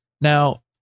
now